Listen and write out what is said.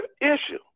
issue